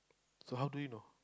so how do you know